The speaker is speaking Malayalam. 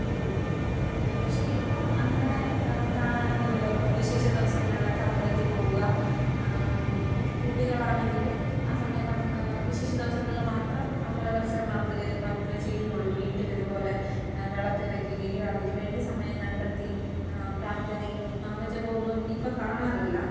പക്ഷേ ഇപ്പോള് അങ്ങനെ കാണാനൊന്നുമില്ല വിശേഷ ദിവസങ്ങളിലൊക്കെ അമ്പലത്തില് പോവുക കുട്ടികളാണങ്കിലും ആ സമയത്ത് വിശേഷ ദിവസങ്ങളിൽ മാത്രം അമ്പലദർശനം നടത്തുകയും മാത്രമേ ചെയ്യുന്നുള്ളു വീട്ടിലിതുപോലെ വിളക്കു വയ്ക്കുകയും അതിനുവേണ്ടി സമയം കണ്ടെത്തി പ്രാർഥനയും നാമ ജപമൊന്നും ഇപ്പോള് കാണാറില്ല